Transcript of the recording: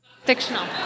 Fictional